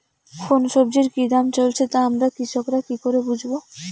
কোন সব্জির কি দাম চলছে তা আমরা কৃষক রা কি করে বুঝবো?